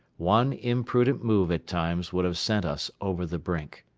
one imprudent move at times would have sent us over the brink.